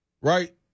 right